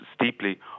steeply